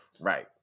Right